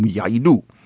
yeah, you do.